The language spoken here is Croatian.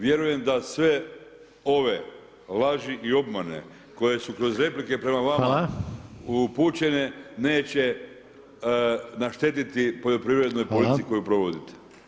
Vjerujem da sve ove laži i obmane koje su kroz replike [[Upadica: Hvala]] prema vama upućene, neće naštetiti poljoprivrednoj politici koju provodite.